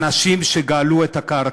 האנשים שגאלו את הקרקע,